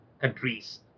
countries